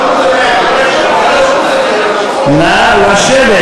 נא לשבת,